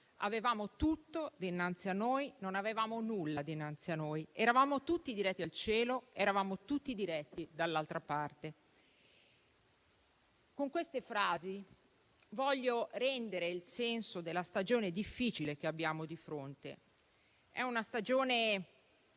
Avevamo tutto dinanzi a noi, non avevamo nulla dinanzi a noi, eravamo tutti diretti al cielo, eravamo tutti diretti dall'altra parte. Con queste frasi vorrei rendere il senso della stagione difficile che abbiamo di fronte. È una stagione